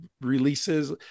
releases